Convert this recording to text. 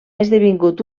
esdevingut